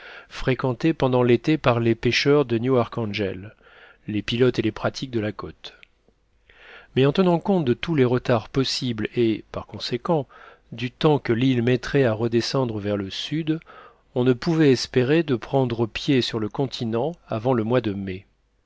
fréquentée pendant l'été par les pêcheurs de new arkhangel les pilotes et les pratiques de la côte mais en tenant compte de tous les retards possibles et par conséquent du temps que l'île mettrait à redescendre vers le sud on ne pouvait espérer de prendre pied sur le continent avant le mois de mai